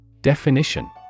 Definition